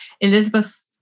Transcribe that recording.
elizabeth